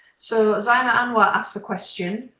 so, zaima anwar asked a question,